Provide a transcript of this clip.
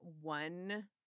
one